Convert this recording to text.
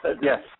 Yes